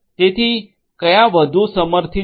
તેથી કયા વધુ સમર્થિત છે